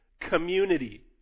community